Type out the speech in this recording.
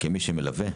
בבקשה.